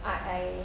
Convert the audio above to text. I